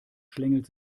schlängelt